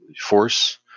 force